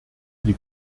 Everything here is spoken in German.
die